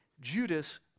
Judas